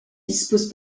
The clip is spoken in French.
dispose